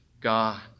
God